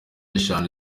eshanu